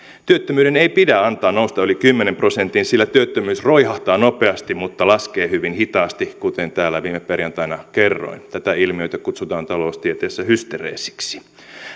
työttömyyden ei pidä antaa nousta yli kymmenen prosentin sillä työttömyys roihahtaa nopeasti mutta laskee hyvin hitaasti kuten täällä viime perjantaina kerroin tätä ilmiötä kutsutaan taloustieteessä hystereesiksi